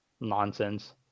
nonsense